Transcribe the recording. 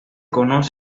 conoce